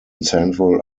central